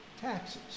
taxes